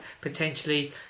potentially